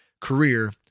career